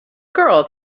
girl